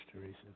Teresa